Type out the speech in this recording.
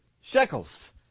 shekels